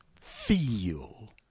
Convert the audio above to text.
feel